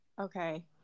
Okay